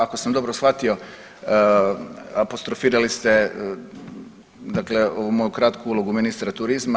Ako sam dobro shvatio apostrofirali ste dakle moju kratku ulogu ministra turizma.